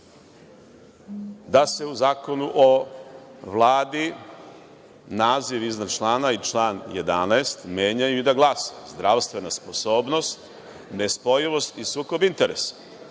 Da se u Zakonu o Vladi naziv iznad člana i član 11. menjaju i da glase:“zdravstvena sposobnost, nespojivost i sukob interesa.“